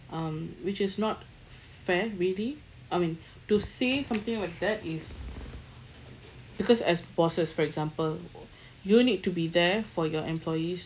um which is not fair really I mean to say something like that is because as bosses for example you need to be there for your employees